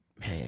Man